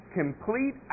complete